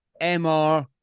mr